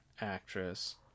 actress